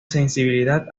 sensibilidad